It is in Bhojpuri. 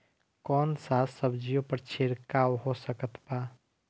कौन सा सब्जियों पर छिड़काव हो सकत बा?